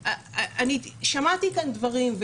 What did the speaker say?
שמעתי כאן דברים.